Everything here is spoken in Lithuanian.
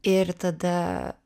ir tada